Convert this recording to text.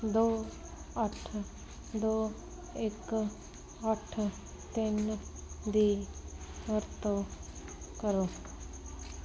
ਦੋ ਅੱਠ ਦੋ ਇੱਕ ਅੱਠ ਤਿੰਨ ਦੀ ਵਰਤੋਂ ਕਰੋ